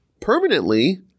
permanently